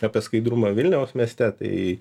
apie skaidrumą vilniaus mieste tai